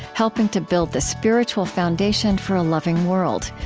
helping to build the spiritual foundation for a loving world.